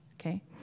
Okay